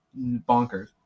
bonkers